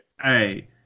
Hey